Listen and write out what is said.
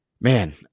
man